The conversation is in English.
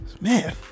Man